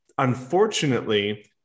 Unfortunately